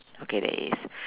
okay there is